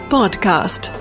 Podcast